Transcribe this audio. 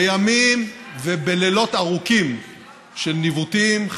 בימים ובלילות ארוכים של ניווטים,